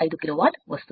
5 kilo watt వస్తుంది